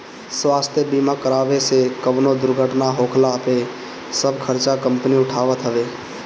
स्वास्थ्य बीमा करावे से कवनो दुर्घटना होखला पे सब खर्चा कंपनी उठावत हवे